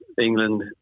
England